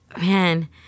Man